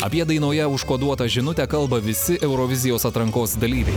apie dainoje užkoduotą žinutę kalba visi eurovizijos atrankos dalyviai